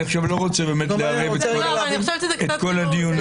אני לא רוצה לערב את כל הדיונים.